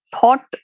thought